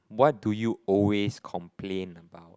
what do you always complain about